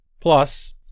Plus